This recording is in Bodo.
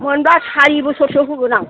मोनबा सारि बोसोरसो होगोन आं